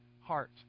heart